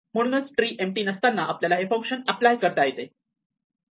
म्हणूनच tree empty नसताना आपल्याला हे फंक्शन अप्लाय करता येते